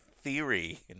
Theory